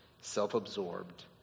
self-absorbed